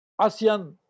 ASEAN